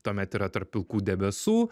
tuomet yra tarp pilkų debesų